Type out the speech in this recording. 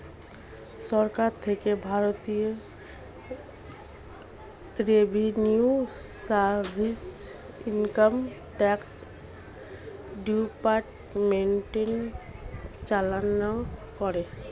সরকার থেকে ভারতীয় revenue service, income tax department চালনা করে